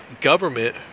government